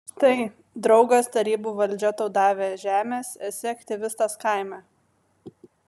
štai draugas tarybų valdžia tau davė žemės esi aktyvistas kaime